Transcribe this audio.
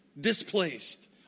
displaced